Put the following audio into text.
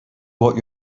what